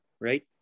right